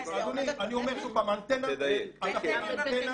האנטנה מבחינה